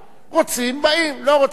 רוצים, באים, לא רוצים, לא באים.